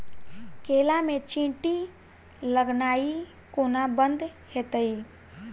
केला मे चींटी लगनाइ कोना बंद हेतइ?